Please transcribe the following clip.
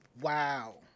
Wow